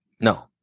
No